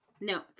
No